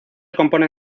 compone